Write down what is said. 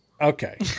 Okay